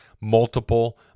multiple